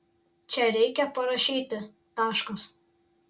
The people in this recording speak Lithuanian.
čia reikia parašyti taškas